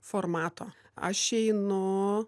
formato aš einu